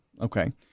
Okay